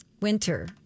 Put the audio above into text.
winter